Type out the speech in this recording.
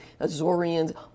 Azorians